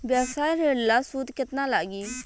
व्यवसाय ऋण ला सूद केतना लागी?